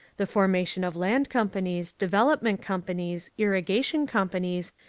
the formation of land companies, development companies, irrigation companies,